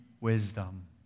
wisdom